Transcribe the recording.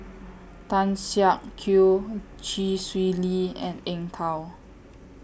Tan Siak Kew Chee Swee Lee and Eng Tow